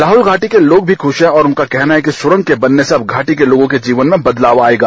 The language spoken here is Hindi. लाहौल घाटी के लोग भी खुश हैं और उनका कहना है कि सुरंग के बनने से अब घाटी के लोगों के जीवन में बदलाव आएगा